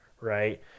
right